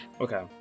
Okay